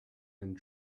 and